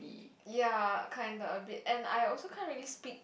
ya kinda a bit and I also can't really speak